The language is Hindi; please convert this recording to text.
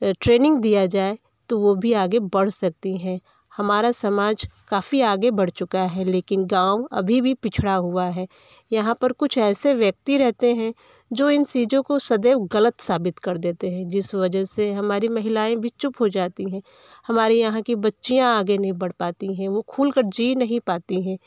ट्रेनिंग दिया जाए तो वो भी आगे बढ़ सकती हैं हमारा समाज काफ़ी आगे बढ़ चुका है लेकिन गाँव अभी भी पिछड़ा हुआ है यहाँ पर कुछ ऐसे व्यक्ति रहते हैं जो इन चीज़ों को सदैव गलत साबित कर देते हैं जिस वजह से हमारी महिलाएँ भी चुप हो जाती हैं हमारे यहाँ की बच्चियाँ आगे नहीं बढ़ पाती हैं वो खुलकर जी नहीं पाती हैं